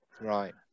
Right